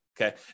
okay